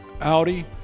Audi